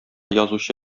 язучы